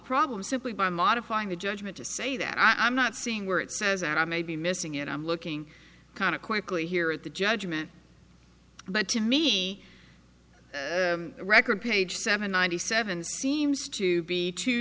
problem simply by modifying the judgment to say that i'm not seeing where it says and i may be missing it i'm looking kind of quickly here at the judgment but to me record page seven ninety seven seems to be two